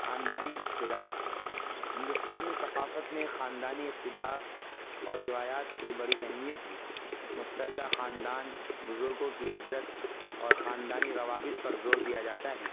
خاندانی اقتدار ہندوستانی ثقافت میں خاندانی اقتدار اور روایات کی بڑی اہمیت ہے مشترکہ خاندان بزرگوں کی عزت اور خاندانی روابط پر زور دیا جاتا ہے